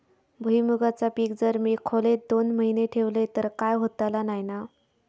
भुईमूगाचा पीक जर मी खोलेत दोन महिने ठेवलंय तर काय होतला नाय ना?